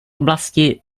oblasti